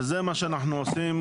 וזה מה שאנחנו עושים,